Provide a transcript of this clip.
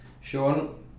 Sean